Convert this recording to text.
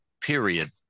Period